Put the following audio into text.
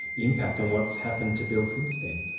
impact on what's happened to bill since then?